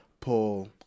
Paul